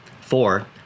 four